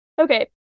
okay